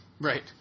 Right